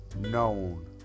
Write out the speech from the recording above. known